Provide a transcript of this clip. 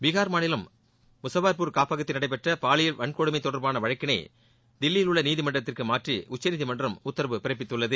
பீகார் மாநிலம் முஷாபா்பூர் காப்பகத்தில் நடைபெற்ற பாலியல் வன்கொடுமை தொடா்பான வழக்கினை தில்லியில் உள்ள நீதிமன்றத்திற்கு மாற்றி உத்தரவு பிறப்பித்துள்ளது